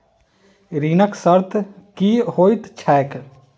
ऋणक शर्त की होइत छैक?